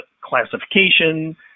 classification